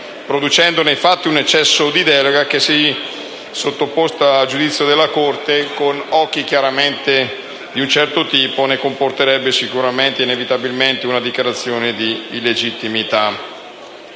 producendo nei fatti un eccesso di delega che, se sottoposta al giudizio della Corte costituzionale, chiaramente con occhi di un certo tipo, ne comporterebbe sicuramente ed inevitabilmente una dichiarazione di illegittimità.